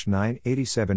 987